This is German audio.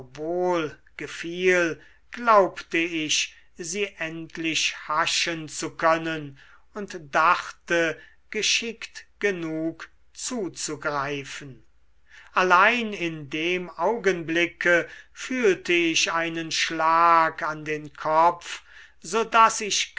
gefiel glaubte ich sie endlich haschen zu können und dachte geschickt genug zuzugreifen allein in dem augenblick fühlte ich einen schlag an den kopf so daß ich